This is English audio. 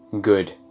Good